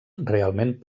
realment